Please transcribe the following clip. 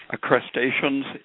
crustaceans